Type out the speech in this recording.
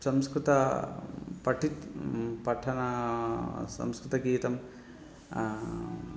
संस्कृतं पठितं पठन संस्कृतगीतं